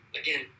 again